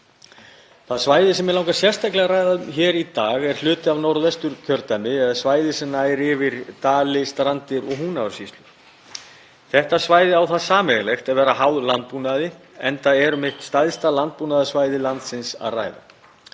Það svæði sem mig langar sérstaklega að ræða hér í dag er hluti af Norðvesturkjördæmi eða svæði sem nær yfir Dali, Strandir og Húnavatnssýslur. Þetta svæði á það sameiginlegt að vera háð landbúnaði enda er um eitt stærsta landbúnaðarsvæði landsins að ræða.